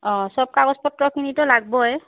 অঁ চব কাগজ পত্ৰখিনিতো লাগিবই